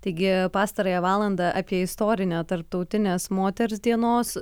taigi pastarąją valandą apie istorinę tarptautinės moters dienos